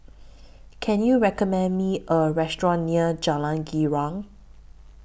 Can YOU recommend Me A Restaurant near Jalan Girang